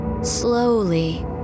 Slowly